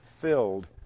filled